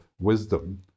wisdom